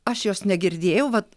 aš jos negirdėjau vat